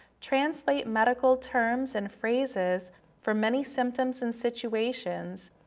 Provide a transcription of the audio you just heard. translate medical terms and phrases for many symptoms and situations,